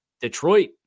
Detroit